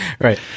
Right